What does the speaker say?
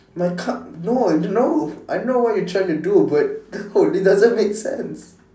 my car no no I know what you're trying to do but no it doesn't make sense